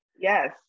Yes